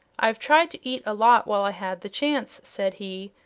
i've tried to eat a lot while i had the chance, said he,